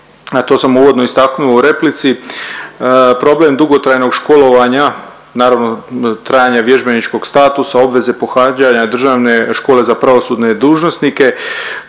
to sam uvodno istaknuo u replici problem dugotrajnog školovanja, naravno trajanje vježbeničkog statusa, obveze pohađanja Državne škole za pravosudne dužnosnike